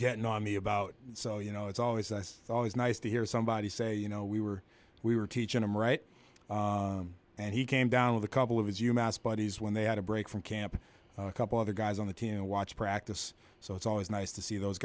getting on me about so you know it's always i thought was nice to hear somebody say you know we were we were teaching them right and he came down with a couple of his you mouse buddies when they had a break from camp a couple of the guys on the team to watch practice so it's always nice to see those